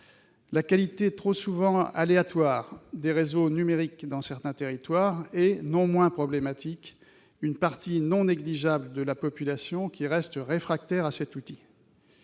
la qualité trop souvent aléatoire des réseaux numériques dans certains territoires, et- ce n'est pas moins problématique -la part non négligeable de la population qui reste réfractaire à cet outil.